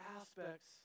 aspects